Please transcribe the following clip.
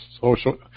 social